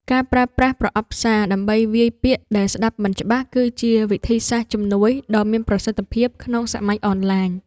ការប្រើប្រាស់ប្រអប់សារ ដើម្បីវាយពាក្យដែលស្ដាប់មិនច្បាស់ គឺជាវិធីសាស្ត្រជំនួយដ៏មានប្រសិទ្ធភាពក្នុងសម័យអនឡាញ។